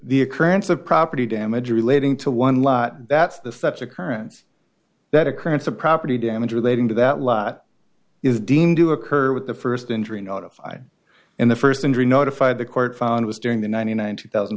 the occurrence of property damage relating to one lot that's the theft occurrence that occurrence of property damage relating to that lot is deemed to occur with the first injury notified in the first injury notified the court found was during the ninety nine two thousand